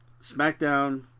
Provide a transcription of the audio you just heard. SmackDown